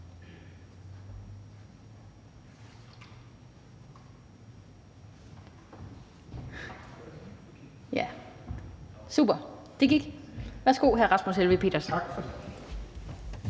Super, det gik. Værsgo, hr. Rasmus Helveg Petersen.